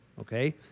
Okay